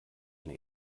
eine